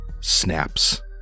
snaps